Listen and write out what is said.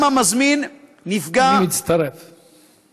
גם המזמין נפגע, שכן הספק